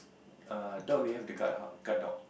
err dog we have the guard guard dog